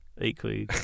equally